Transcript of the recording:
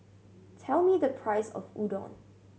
tell me the price of Udon